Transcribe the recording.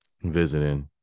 visiting